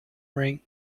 ring